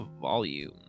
volume